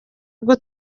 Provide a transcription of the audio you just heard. bwo